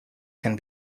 can